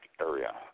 area